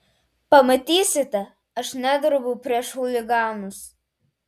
pamatysite aš nedrebu prieš chuliganus